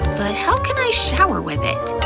but how can i shower with it?